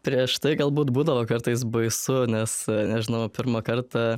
prieš tai galbūt būdavo kartais baisu nes nežinau pirmą kartą